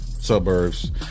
suburbs